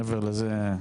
מעבר לזה,